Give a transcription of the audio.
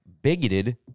Bigoted